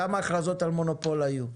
כמה הכרזות על מונופול היו?